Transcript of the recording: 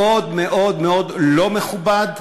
מאוד מאוד מאוד לא מכובד,